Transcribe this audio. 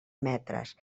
metres